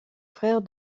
frère